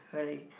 hurry